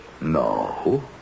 No